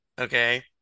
okay